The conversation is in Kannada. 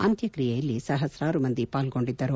ಅಂತ್ಮಕ್ರಿಯೆಯಲ್ಲಿ ಸಹಸ್ರರು ಜನರು ಪಾಲ್ಗೊಂಡಿದ್ದರು